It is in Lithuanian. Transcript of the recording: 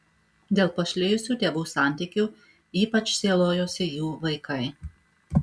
dėl pašlijusių tėvų santykių ypač sielojosi jų vaikai